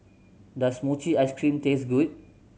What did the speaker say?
does mochi ice cream taste good